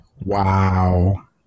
wow